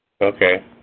Okay